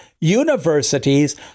universities